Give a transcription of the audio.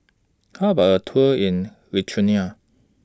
How about A Tour in Lithuania